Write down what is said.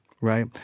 right